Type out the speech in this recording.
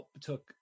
took